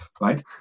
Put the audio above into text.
Right